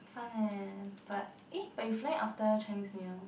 fun leh but eh but you flying after Chinese New Year